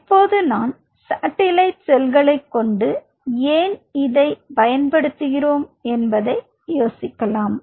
இப்போது நான் சாட்டிலைட் செல்களைக் கொண்டு ஏன் இதை பயன்படுத்துகிறோம் என்பதை யோசிக்கலாம்